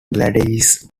gladys